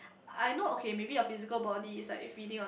I know okay maybe a physical body is like feeding on